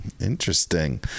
Interesting